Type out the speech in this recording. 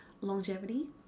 longevity